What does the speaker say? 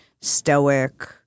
stoic